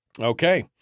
Okay